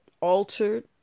altered